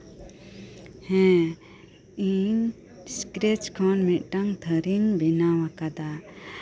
ᱦᱮᱸ ᱤᱧ ᱥᱠᱨᱮᱪ ᱠᱷᱚᱱ ᱢᱤᱫ ᱴᱟᱝ ᱛᱷᱟᱨᱤᱧ ᱵᱮᱱᱟᱣ ᱟᱠᱟᱫᱟ